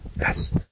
Yes